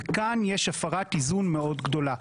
וכאן יש הפרת איזון מאוד גדולה,